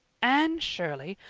anne shirley,